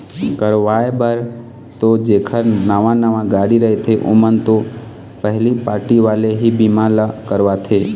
करवाय बर तो जेखर नवा नवा गाड़ी रथे ओमन तो पहिली पारटी वाले ही बीमा ल करवाथे